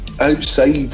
outside